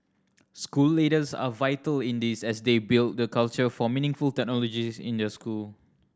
school leaders are vital in this as they build the culture for meaningful technology in their school